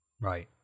Right